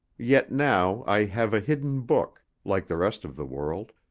yet now i have a hidden book, like the rest of the world,